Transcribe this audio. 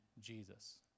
Jesus